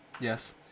Yes